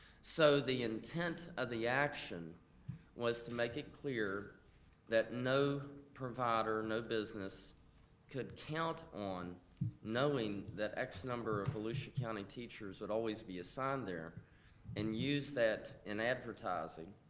so the intent of the action was to make it clear that no provider, no business could count on knowing that x number of volusia county teachers would always be assigned there and use that in advertising.